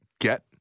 get